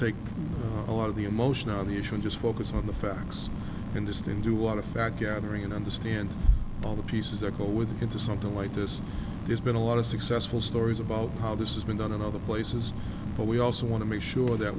take a lot of the emotion out of the issue and just focus on the facts and just and do a lot of fact gathering and understand all the pieces that go with it to something like this there's been a lot of successful stories about how this has been done in other he says but we also want to make sure that